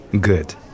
Good